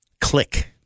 Click